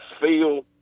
feel